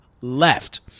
left